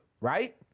right